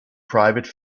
private